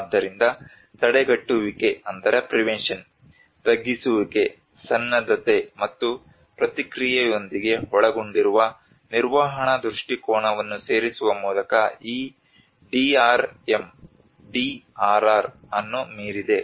ಆದ್ದರಿಂದ ತಡೆಗಟ್ಟುವಿಕೆ ತಗ್ಗಿಸುವಿಕೆ ಸನ್ನದ್ಧತೆ ಮತ್ತು ಪ್ರತಿಕ್ರಿಯೆಯೊಂದಿಗೆ ಒಳಗೊಂಡಿರುವ ನಿರ್ವಹಣಾ ದೃಷ್ಟಿಕೋನವನ್ನು ಸೇರಿಸುವ ಮೂಲಕ ಈ DRM DRR ಅನ್ನು ಮೀರಿದೆ